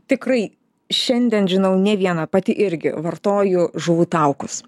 tikrai šiandien žinau ne viena pati irgi vartoju žuvų taukus